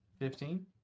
Fifteen